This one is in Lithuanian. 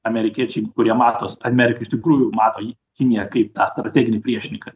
amerikiečiai kurie matos amerika iš tikrųjų mato jį kiniją kaip tą strateginį priešininką